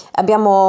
abbiamo